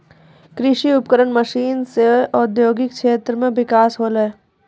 कृषि उपकरण मसीन सें औद्योगिक क्षेत्र म बिकास होलय